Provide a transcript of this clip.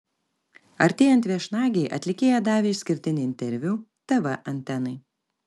artėjant viešnagei atlikėja davė išskirtinį interviu tv antenai